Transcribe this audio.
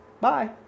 Bye